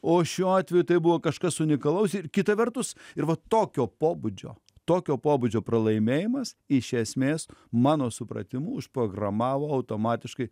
o šiuo atveju tai buvo kažkas unikalaus ir kita vertus ir va tokio pobūdžio tokio pobūdžio pralaimėjimas iš esmės mano supratimu užprogramavo automatiškai